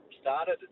started